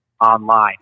online